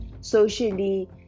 socially